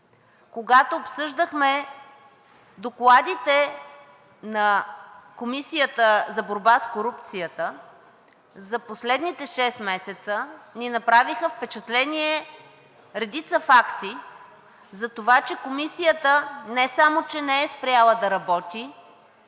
когато обсъждахме докладите на Комисията за борба с корупцията, за последните шест месеца ни направиха впечатление редица факти, затова че Комисията не само че не е спряла да работи,